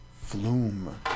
Flume